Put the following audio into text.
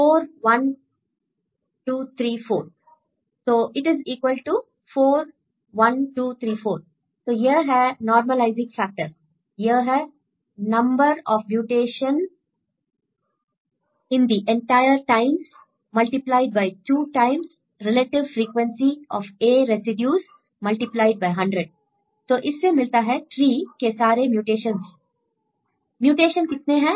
student 4 4 1 2 3 4 तो it is equal to 4 1 2 3 4 तो यह है नॉर्मलइसिंग फैक्टर यह है number of mutation in the entire times multiplied by two times relative frequency of a residues multiplied by hundred तो इससे मिलता है ट्री के सारे म्यूटेशंस I म्यूटेशन कितने हैं